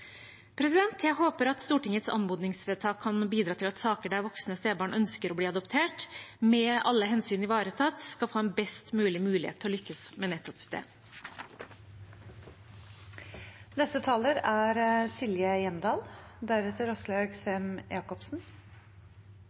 Jeg håper at Stortingets anmodningsvedtak kan bidra til at en i saker der voksne stebarn ønsker å bli adoptert, med alle hensyn ivaretatt, skal få en best mulig mulighet til å lykkes med nettopp det.